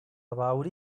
about